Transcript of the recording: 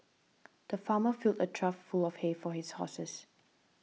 the farmer filled a trough full of hay for his horses